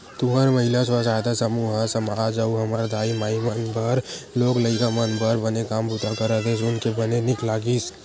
तुंहर महिला स्व सहायता समूह ह समाज अउ हमर दाई माई मन बर लोग लइका मन बर बने काम बूता करत हे सुन के बने नीक लगिस